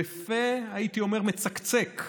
בפה מצקצק,